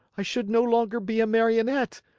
i should no longer be a marionette.